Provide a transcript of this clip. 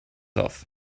off